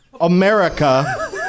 America